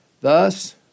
Thus